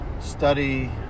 study